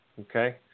Okay